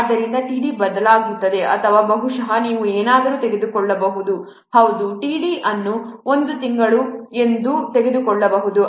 ಆದ್ದರಿಂದ t d ಬದಲಾಗುತ್ತದೆ ಅಥವಾ ಬಹುಶಃ ನೀವು ಏನಾದರೂ ತೆಗೆದುಕೊಳ್ಳಬಹುದು ಹೌದು t d ಅನ್ನು ಒಂದು ತಿಂಗಳು ಎಂದು ತೆಗೆದುಕೊಳ್ಳಬಹುದು